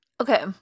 Okay